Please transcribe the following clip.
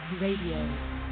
Radio